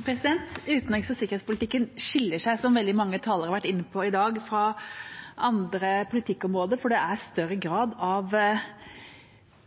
Utenriks- og sikkerhetspolitikken skiller seg, som veldig mange talere har vært inne på i dag, fra andre politikkområder, for det er større grad av